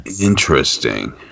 Interesting